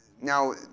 Now